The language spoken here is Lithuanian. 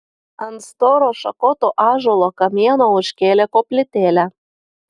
ant storo šakoto ąžuolo kamieno užkėlė koplytėlę